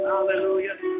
Hallelujah